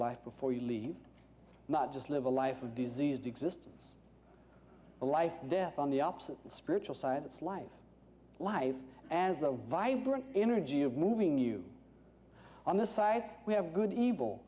life before you leave not just live a life of diseased existence a life death on the opposite spiritual side that's life life as a vibrant energy of moving you on the side we have good evil